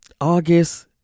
August